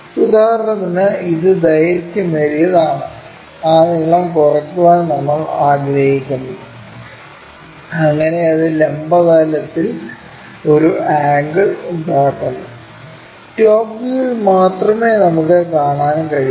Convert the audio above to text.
ഉദാഹരണത്തിന് ഇത് ദൈർഘ്യമേറിയതാണ് ആ നീളം കുറയ്ക്കാൻ നമ്മൾ ആഗ്രഹിക്കുന്നു അങ്ങനെ അത് ലംബ തലത്തിൽ ഒരു ആംഗിൾ ഉണ്ടാക്കുന്നു ടോപ് വ്യൂവിൽ മാത്രമേ നമുക്ക് കാണാൻ കഴിയൂ